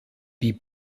die